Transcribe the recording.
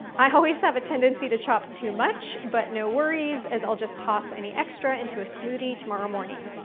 i always have a tendency to chop too much but no worries as i'll just toss any extra into a smoothie tomorrow morning.